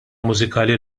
mużikali